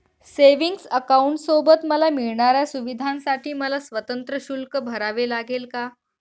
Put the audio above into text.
Savings अकाउंटसोबत मला मिळणाऱ्या सुविधांसाठी मला स्वतंत्र शुल्क भरावे लागेल का?